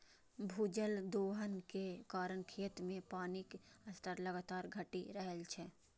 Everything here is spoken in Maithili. भूजल दोहन के कारण खेत मे पानिक स्तर लगातार घटि रहल छै